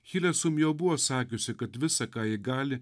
hilė sum jau buvo sakiusi kad visa ką ji gali